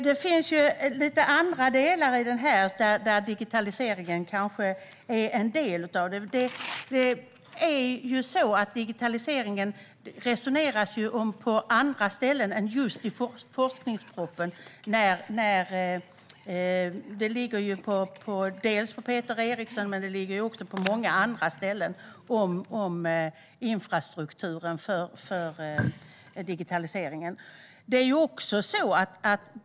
Fru talman! Det finns lite andra delar i det här. Digitaliseringen kanske är en del av det. Det resoneras ju om digitaliseringen på andra ställen än just i forskningspropositionen. Ansvaret för infrastrukturen för digitaliseringen ligger på Peter Eriksson, men också på många andra ställen.